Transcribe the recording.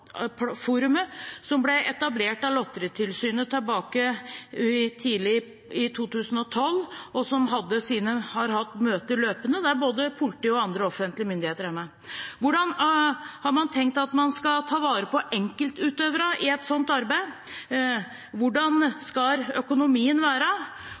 som ble etablert av Lotteritilsynet tidlig i 2012, og som har hatt møter løpende, der både politi og andre offentlige myndigheter er med. Hvordan har man tenkt at man skal ta vare på enkeltutøverne i et sånt arbeid? Hvordan skal økonomien være